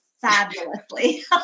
fabulously